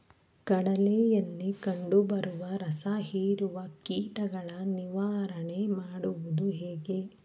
ಕಡಲೆಯಲ್ಲಿ ಕಂಡುಬರುವ ರಸಹೀರುವ ಕೀಟಗಳ ನಿವಾರಣೆ ಮಾಡುವುದು ಹೇಗೆ?